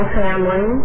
family